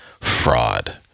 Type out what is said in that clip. fraud